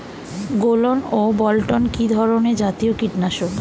গোলন ও বলটন কি ধরনে জাতীয় কীটনাশক?